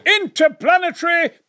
interplanetary